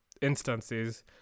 instances